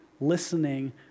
listening